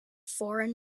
foreign